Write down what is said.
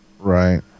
Right